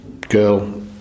girl